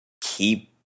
keep